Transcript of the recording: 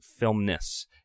filmness